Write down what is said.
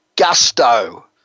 Gusto